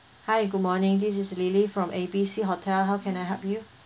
hi good morning this lily from A B C hotel how can I help you